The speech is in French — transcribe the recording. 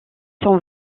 son